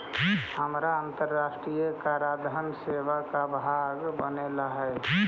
हमारा अन्तराष्ट्रिय कराधान सेवा का भाग बने ला हई